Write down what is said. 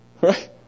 Right